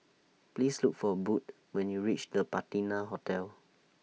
Please Look For Budd when YOU REACH The Patina Hotel